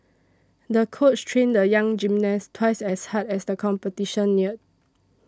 the coach trained the young gymnast twice as hard as the competition neared